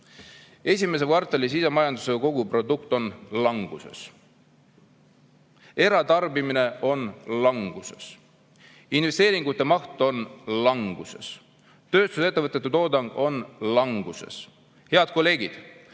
esimese kvartali sisemajanduse koguprodukt on languses, eratarbimine on languses, investeeringute maht on languses, tööstusettevõtete toodang on languses. Head kolleegid,